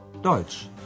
Deutsch